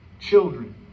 children